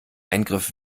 eingriff